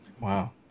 Wow